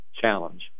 challenge